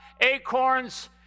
acorns